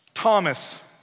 Thomas